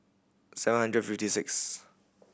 seven hundred and fifty sixth